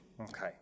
Okay